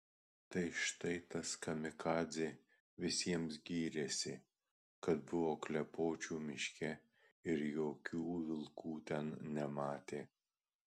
tai štai tas kamikadzė visiems gyrėsi kad buvo klepočių miške ir jokių vilkų ten nematė